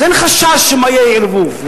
אז אין חשש שמא יהיה ערבוב.